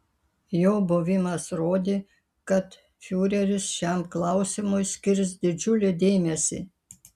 jo buvimas rodė kad fiureris šiam klausimui skirs didžiulį dėmesį